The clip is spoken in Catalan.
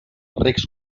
recs